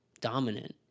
dominant